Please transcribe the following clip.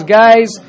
guys